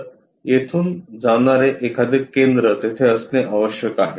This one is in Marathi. तर येथून जाणारे एखादे केंद्र तेथे असणे आवश्यक आहे